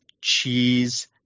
Cheese